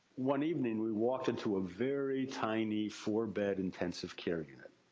one evening we walked into a very tiny four bed intensive care unit.